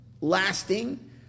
lasting